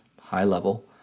high-level